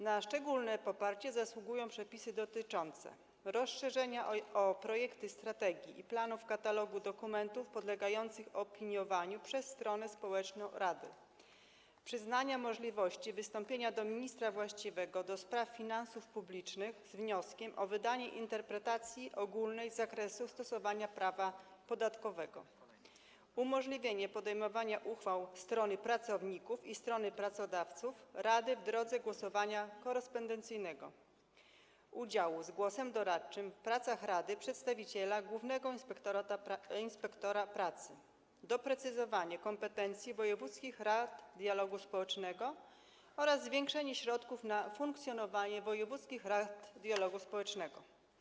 Na szczególne poparcie zasługują przepisy dotyczące: rozszerzenia o projekty strategii i planów katalogu dokumentów podlegających opiniowaniu przez stronę społeczną rady; przyznania możliwości wystąpienia do ministra właściwego ds. finansów publicznych z wnioskiem o wydanie interpretacji ogólnej z zakresu stosowania prawa podatkowego; umożliwienia podejmowania uchwał strony pracowników i strony pracodawców rady w drodze głosowania korespondencyjnego; udziału w pracach rady, z głosem doradczym, przedstawiciela głównego inspektora pracy; doprecyzowania kompetencji wojewódzkich rad dialogu społecznego oraz zwiększenia środków na funkcjonowanie wojewódzkich rad dialogu społecznego.